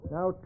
Now